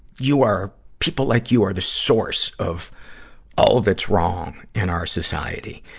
you are, people like you are the source of all that's wrong in our society.